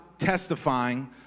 Testifying